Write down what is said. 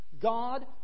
God